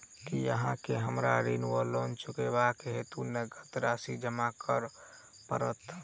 की अहाँ केँ हमरा ऋण वा लोन चुकेबाक हेतु नगद राशि जमा करऽ पड़त?